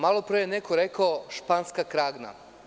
Malopre je neko rekao „španska kragna“